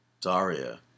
Daria